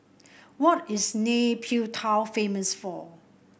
what is Nay Pyi Taw famous for